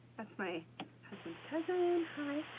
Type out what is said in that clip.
that's my husband's cousin, hi.